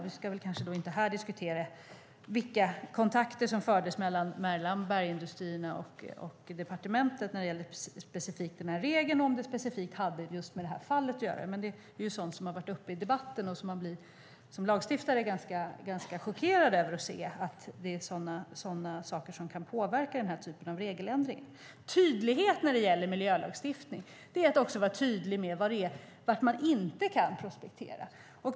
Vi ska kanske inte här diskutera vilka kontakter som fanns mellan bergindustrierna och departementet när det gäller just regeln och om de hade specifikt med det här fallet att göra. Det är dock sådant som har varit uppe i debatten, och som lagstiftare blir man ganska chockerad över att sådana saker kan påverka en regeländring. Tydlighet när det gäller miljölagstiftning är att också vara tydlig med var man inte kan prospektera.